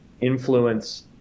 influence